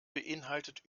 beeinhaltet